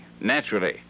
Naturally